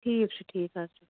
ٹھیٖک چھُ ٹھیٖک چھُ حظ